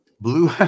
Blue